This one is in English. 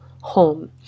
home